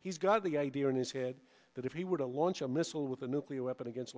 he's got the idea in his head that if he were to launch a missile with a nuclear weapon against